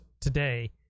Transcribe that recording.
today